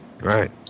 Right